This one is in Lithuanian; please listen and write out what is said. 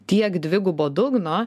tiek dvigubo dugno